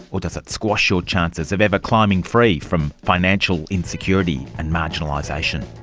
or does it squash your chances of ever climbing free from financial insecurity and marginalisation?